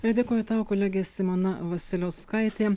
dėkoju tau kolegė simona vasiliauskaitė